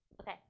Okay